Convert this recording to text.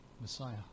Messiah